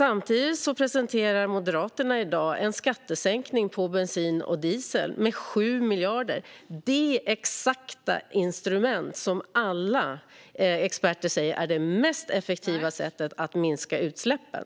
Samtidigt presenterar Moderaterna i dag en skattesänkning om 7 miljarder på bensin och diesel - exakt det instrument som alla experter säger är det mest effektiva sättet att minska utsläppen.